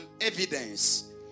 evidence